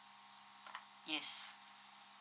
yes